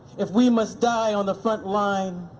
if we must die on the front line,